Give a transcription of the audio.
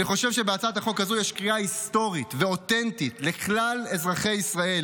אני חושב שבהצעת החוק הזאת יש קריאה היסטורית ואותנטית לכלל אזרחי ישראל